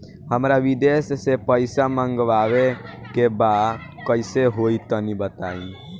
हमरा विदेश से पईसा मंगावे के बा कइसे होई तनि बताई?